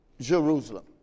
Jerusalem